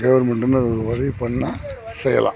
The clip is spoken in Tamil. கவுர்மெண்டு வந்து அது ஒரு உதவி பண்ணால் செய்யலாம்